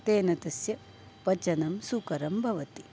तेन तस्य पचनं सुकरं भवति